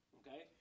okay